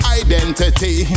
identity